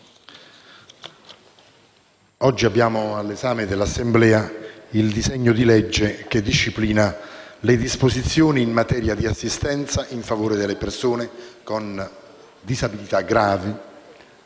oggi all'esame dell'Assemblea il disegno di legge recante «Disposizioni in materia di assistenza in favore delle persone con disabilità grave,